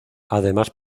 además